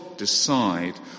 decide